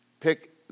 Pick